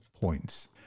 points